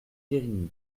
guerini